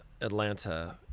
Atlanta